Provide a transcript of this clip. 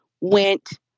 went